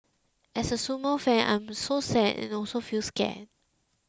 as a sumo fan I am so sad and also feel scared